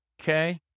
Okay